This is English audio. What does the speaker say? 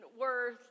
worth